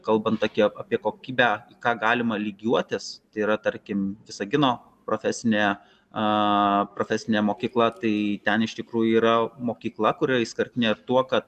kalbant apie apie kokybę ką galima lygiuotis tai yra tarkim visagino prof a profesinė mokykla tai ten iš tikrųjų yra mokykla kuriai skirti ne tuo kad